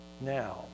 now